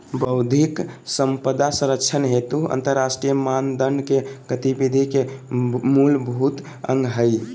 बौद्धिक संपदा संरक्षण हेतु अंतरराष्ट्रीय मानदंड के गतिविधि के मूलभूत अंग हइ